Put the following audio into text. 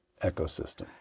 ecosystem